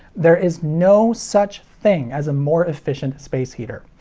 there is no such thing as a more efficient space heater.